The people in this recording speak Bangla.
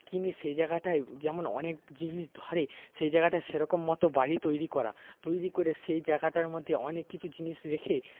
কিনে সেই জায়গাটায় যেমন অনেক জিনিস ধরে সেই জায়গাটায় সেইরকম মতো বাড়ি তৈরি করা তৈরি করে সেই জায়গাটার মধ্যে অনেক কিছু জিনিস রেখে